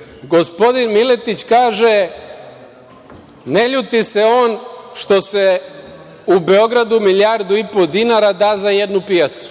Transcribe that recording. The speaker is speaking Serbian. Srbije. Gospodin Miletić kaže ne ljuti se on što se u Beogradu milijardu i po dinara da za jednu pijacu,